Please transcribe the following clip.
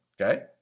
okay